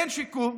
אין שיקום,